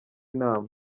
inama